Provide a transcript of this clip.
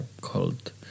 called